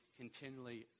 continually